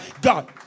God